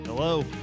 Hello